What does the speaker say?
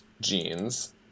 Jeans